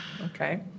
Okay